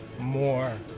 more